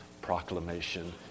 proclamation